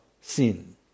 sin